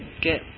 get